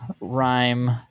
rhyme